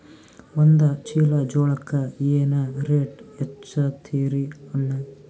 ಒಂದ ಚೀಲಾ ಜೋಳಕ್ಕ ಏನ ರೇಟ್ ಹಚ್ಚತೀರಿ ಅಣ್ಣಾ?